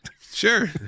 sure